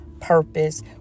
purpose